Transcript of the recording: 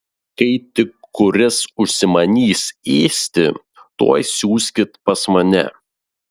kai tik kuris užsimanys ėsti tuoj siųskit pas mane